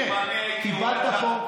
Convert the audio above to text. אם אני הייתי עומד ככה,